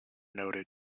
noted